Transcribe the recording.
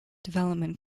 development